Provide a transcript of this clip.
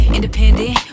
Independent